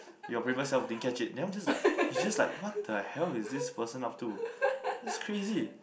your previous self didn't catch it then we just like it's just like what the hell is this person up to that's crazy